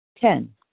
Ten